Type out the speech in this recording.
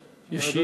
ישיב.